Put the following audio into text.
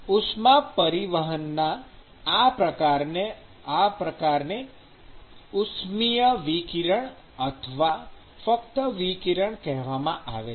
ઉષ્મા પરિવહનના આ પ્રકારનાં મોડને ઉષ્મિય વિકિરણ અથવા ફક્ત વિકિરણ કહેવામાં આવે છે